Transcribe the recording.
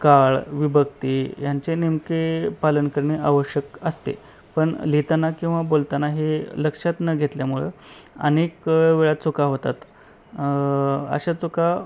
काळ विभक्ती ह्यांचे नेमके पालन करणे आवश्यक असते पण लिहिताना किंवा बोलताना हे लक्षात न घेतल्यामुळं अनेक वेळा चुका होतात अशा चुका